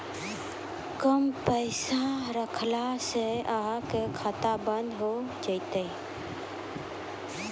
कम पैसा रखला से अहाँ के खाता बंद हो जैतै?